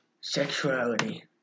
Sexuality